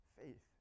faith